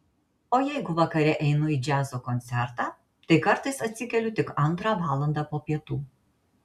o jeigu vakare einu į džiazo koncertą tai kartais atsikeliu tik antrą valandą po pietų